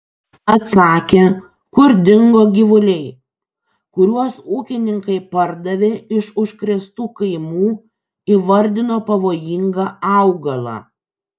atsakė kur dingo gyvuliai kuriuos ūkininkai pardavė iš užkrėstų kaimų įvardino pavojingą augalą